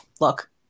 Look